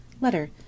Letter